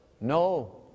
no